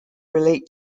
relate